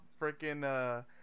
freaking